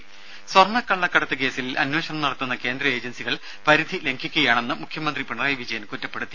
രും സ്വർണ്ണക്കള്ളക്കടത്ത് കേസിൽ അന്വേഷണം നടത്തുന്ന കേന്ദ്ര ഏജൻസികൾ പരിധി ലംഘിക്കുകയാണെന്ന് മുഖ്യമന്ത്രി പിണറായി വിജയൻ കുറ്റപ്പെടുത്തി